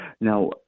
Now